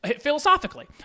philosophically